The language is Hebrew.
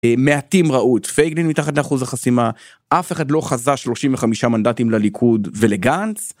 מעטים ראו את פייגנין מתחת לאחוז החסימה אף אחד לא חזה 35 מנדטים לליכוד ולגנץ.